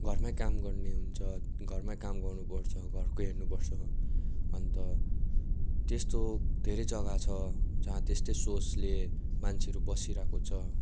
घरमै काम गर्ने हुन्छ घरमै काम गर्नु पर्छ घरकै हेर्नु पर्छ अन्त त्यस्तो धेरै जग्गा छ जहाँ त्यस्तै सोचले मान्छेहरू बसिरहेको छ